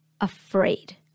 afraid